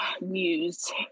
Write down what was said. news